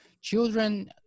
Children